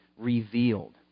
revealed